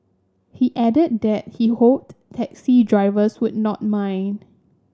he added that he hoped taxi drivers would not mind